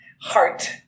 heart